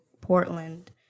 Portland